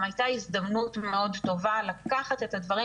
היא גם הייתה הזדמנות מאוד טובה לקחת את הדברים